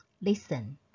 listen